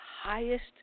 highest